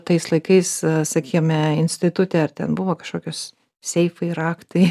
tais laikais sakykime institute ar ten buvo kažkokios seifai raktai